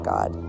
God